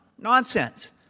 nonsense